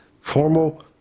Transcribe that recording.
formal